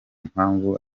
mpamvu